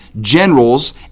generals